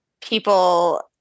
people